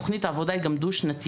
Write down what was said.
תוכנית העבודה היא גם דו-שנתית.